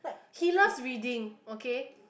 he loves reading okay